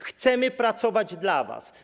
Chcemy pracować dla was.